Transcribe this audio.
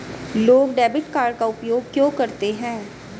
लोग debit card का उपयोग क्यों करते हैं?